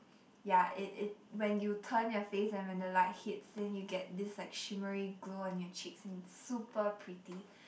ya it it when you turn your face and when the light hits then you get this like shimmery glow on your cheeks and super pretty